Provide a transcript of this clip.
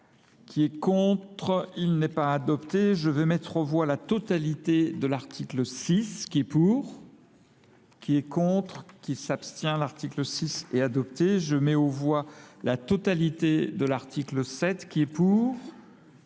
qui est contre, il n'est pas adopté. Je vais mettre au voie la totalité de l'article 6 qui est pour, qui est contre, qui s'abstient, l'article 6 est adopté. Je mets au voie la totalité de l'article 7 qui est pour,